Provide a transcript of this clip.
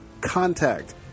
contact